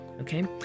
okay